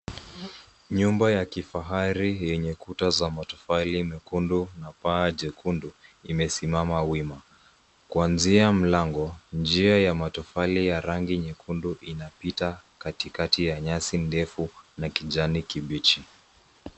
Nyumba ya kifahari yenye kuta za matofali mekundu na paa jekundu imesimama wima. Kuanzia mlango njia ya matofali ya rangi nyekundu inapita katikati ya nyasi ndefu na kijani kibichi.